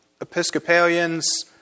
Episcopalians